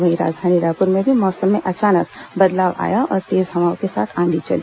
वहीं राजधानी रायपुर में भी मौसम में अचानक बदलाव आया और तेज हवाओं के साथ आंधी चली